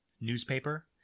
newspaper